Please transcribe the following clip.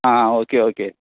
आं okay okay